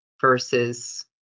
versus